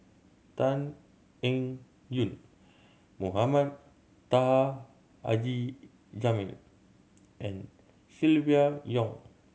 Tan Eng Yoon Mohamed Taha Haji Jamil and Silvia Yong